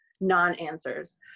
non-answers